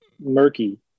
murky